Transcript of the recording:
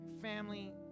family